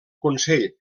consell